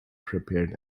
prepared